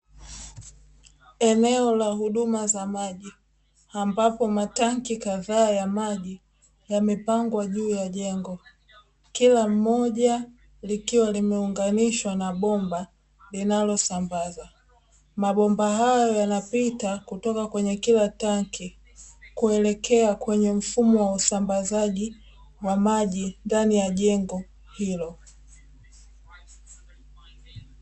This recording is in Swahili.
Eneo la huduma za maji ambapo matanki kadhaa ya maji yamepangwa juu ya jengo. Kila moja likiwa limeunganishwa na bomba linalosambaza. Mabomba hayo yamepita kutoka kwenye kila tanki yakielekea kwenye mfumo wa usambazaji wa maji ndani ya jengo hilo.